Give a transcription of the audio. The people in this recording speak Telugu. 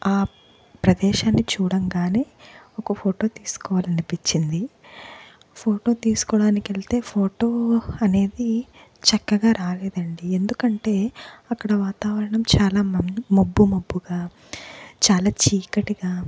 ఆ ప్రదేశాన్ని చూడంగానే ఒక ఫోటో తీసుకోవాలనిపించింది ఫోటో తీసుకోవడానికి వెళ్తే ఫోటో అనేది చక్కగా రాలేదండి ఎందుకంటే అక్కడ వాతావరణం చాలా మ మబ్బుమబ్బుగా చాలా చీకటిగా